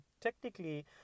technically